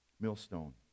Millstone